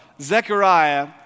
Zechariah